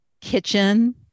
kitchen